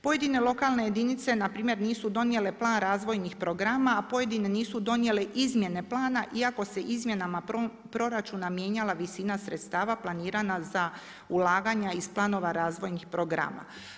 Pojedine lokalne jedinice npr. nisu donijele plan razvojnih programa, a pojedine nisu donijele izmjene plana iako se izmjenama proračuna mijenjala visina sredstava planirana za ulaganja iz planova razvojnih programa.